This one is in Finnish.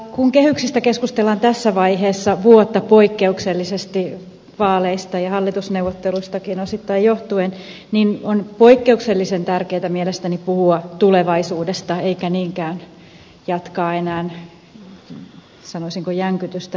kun kehyksistä keskustellaan poikkeuksellisesti tässä vaiheessa vuotta vaaleista ja hallitusneuvotteluistakin osittain johtuen niin on poikkeuksellisen tärkeätä mielestäni puhua tulevaisuudesta eikä niinkään jatkaa enää sanoisinko jänkytystä menneisyydestä